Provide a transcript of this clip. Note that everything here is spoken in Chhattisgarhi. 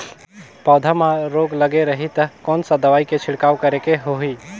पौध मां रोग लगे रही ता कोन सा दवाई के छिड़काव करेके होही?